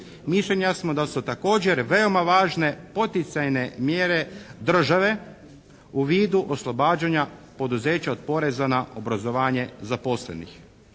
mišljenja smo da su također veoma važne poticajne mjere države u vidu oslobađanja poduzeća od poreza na obrazovanje zaposlenih.